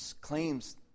claims